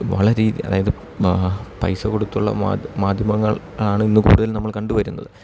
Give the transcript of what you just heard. വളരെ അതായത് പൈസ കൊടുത്തുള്ള മാധ്യമങ്ങളാണ് ഇന്നു കൂടുതൽ നമ്മൾ കണ്ടുവരുന്നത്